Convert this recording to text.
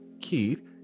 Keith